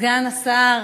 סגן השר,